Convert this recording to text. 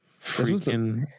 Freaking